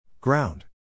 Ground